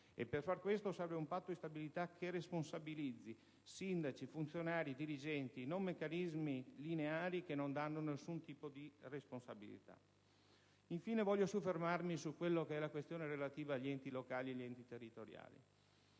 per far questo serve un Patto di stabilità che responsabilizzi sindaci, funzionari, dirigenti, non meccanismi lineari che non danno alcun tipo di responsabilità. Infine, voglio soffermarmi sulla questione relativa agli enti locali e territoriali.